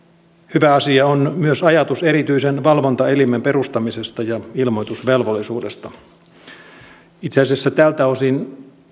hyvä asia on myös ajatus erityisen valvontaelimen perustamisesta ja ilmoitusvelvollisuudesta itse asiassa tältä osin